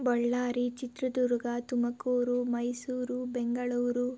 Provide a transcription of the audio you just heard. Ballari Chitradurga Tumakuru Mysuru Bengaluru